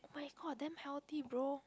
my god damn healthy bro